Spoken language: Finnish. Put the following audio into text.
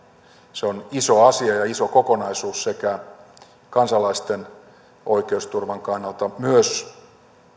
se on iso asia ja iso kokonaisuus sekä kansalaisten oikeusturvan kannalta että myös